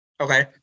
Okay